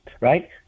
right